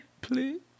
please